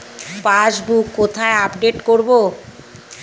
Passbook কোথায় update করব?